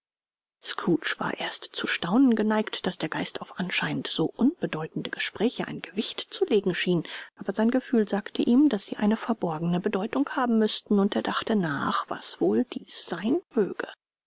scrooge war erst zu staunen geneigt daß der geist auf anscheinend so unbedeutende gespräche ein gewicht zu legen schien aber sein gefühl sagte ihm daß sie eine verborgene bedeutung haben müßten und er dachte nach was wohl diese sein möge